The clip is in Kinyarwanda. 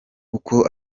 uko